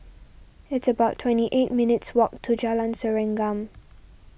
it's about twenty eight minutes' walk to Jalan Serengam